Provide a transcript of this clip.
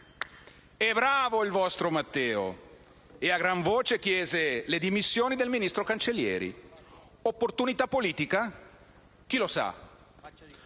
E bravo il vostro Matteo, che a gran voce chiese le dimissioni del ministro Cancellieri! Opportunità politica? Chi lo sa. Non vogliamo